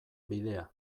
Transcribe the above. bidea